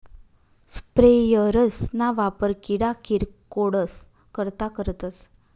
sprayers ना वापर किडा किरकोडस करता करतस